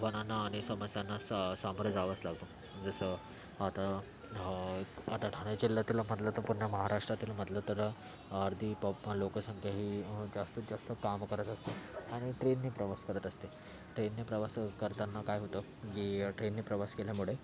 आव्हानांना आणि समस्यांना सा सामोरे जावंच लागतं जसं आता आता ठाणे जिल्ह्यातील म्हटलं तर पूर्ण महाराष्ट्रातील म्हटलं तर अर्धी पॉप लोकसंख्या ही जास्तत जास्त काम करत असते आणि ट्रेनने प्रवास करत असते ट्रेनने प्रवास करताना काय होतं की ट्रेनने प्रवास केल्यामुळे